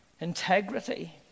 integrity—